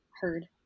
heard